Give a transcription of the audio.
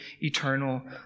eternal